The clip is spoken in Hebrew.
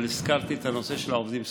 אבל הזכרתי את הנושא של העובדים הסוציאליים.